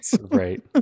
Right